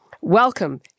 Welcome